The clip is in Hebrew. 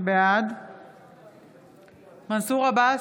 בעד מנסור עבאס,